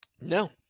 No